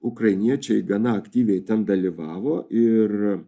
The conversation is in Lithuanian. ukrainiečiai gana aktyviai ten dalyvavo ir